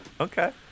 Okay